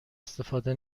استفاده